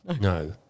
No